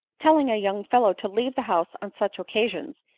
telling a young fellow to leave the house on such occasions,